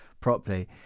properly